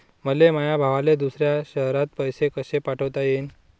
मले माया भावाले दुसऱ्या शयरात पैसे कसे पाठवता येईन?